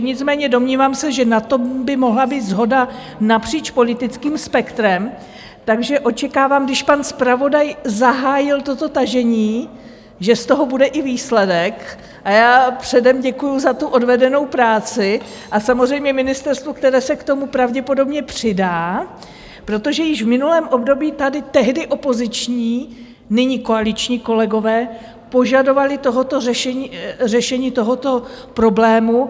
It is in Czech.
Nicméně domnívám se, že na tom by mohla být shoda napříč politickým spektrem, takže očekávám, když pan zpravodaj zahájil toto tažení, že z toho bude i výsledek, a já předem děkuji za odvedenou práci a samozřejmě ministerstvu, které se k tomu pravděpodobně přidá, protože již v minulém období tady tehdy opoziční, nyní koaliční kolegové požadovali řešení tohoto problému.